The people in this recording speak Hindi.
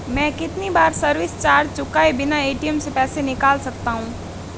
मैं कितनी बार सर्विस चार्ज चुकाए बिना ए.टी.एम से पैसे निकाल सकता हूं?